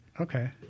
Okay